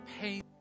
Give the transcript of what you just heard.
pain